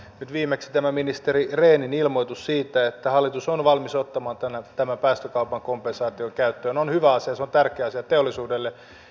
nyt viimeksi ministeri rehnin ilmoitus siitä että hallitus on valmis ottamaan tämän päästökaupan kompensaation käyttöön on hyvä asia se on tärkeä asia teollisuudelle